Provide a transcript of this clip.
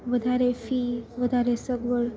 વધારે ફી વધારે સગવડ